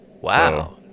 wow